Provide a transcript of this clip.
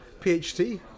PhD